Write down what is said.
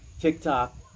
TikTok